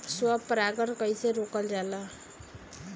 स्व परागण कइसे रोकल जाला?